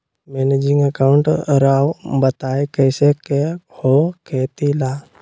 Managing account राव बताएं कैसे के हो खेती ला?